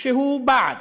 שהוא בעד.